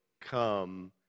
Come